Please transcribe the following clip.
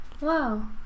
wow